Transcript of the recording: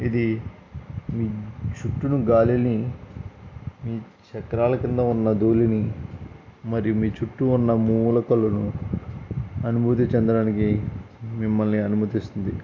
ఇది మీ జుట్టును గాలిని మీ చక్రాల కింద ఉన్న ధూళిని మరి మీ చుట్టూ ఉన్న మూలకలను అనుభూతి చెందడానికి మిమ్మల్ని అనుమతిస్తుంది